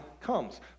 comes